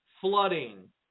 flooding